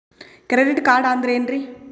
Credit card ಅಂದ್ರ ಏನ್ರೀ?